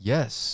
Yes